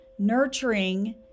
nurturing